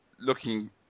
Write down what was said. looking